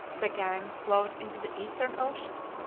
the ganges flowed into the eastern ocean,